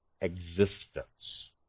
existence